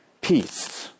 peace